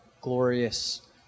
glorious